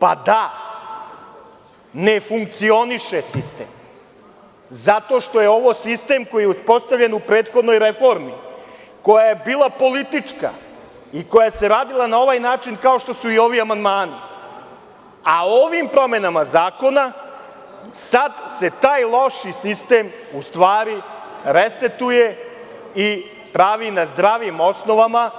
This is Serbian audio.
Pa, da, ne funkcioniše sistem zato što je ovo sistem koji je uspostavljen u prethodnoj reformi koja je bila politička i koja se radila na ovaj način kao što su i ovi amandmani, a ovim promenama zakona sad se taj loš sistem u stvari resetuje i pravi na zdravim osnovama